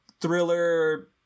thriller